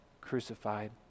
crucified